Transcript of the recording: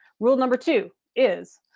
rule number two is